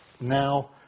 now